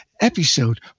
episode